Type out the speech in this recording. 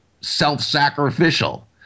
self-sacrificial